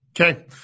Okay